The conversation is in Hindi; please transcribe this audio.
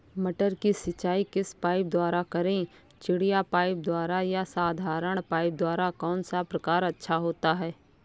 मटर की सिंचाई किस पाइप द्वारा करें चिड़िया पाइप द्वारा या साधारण पाइप द्वारा कौन सा प्रकार अच्छा होता है?